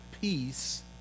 peace